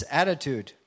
attitude